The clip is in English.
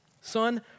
Son